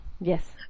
Yes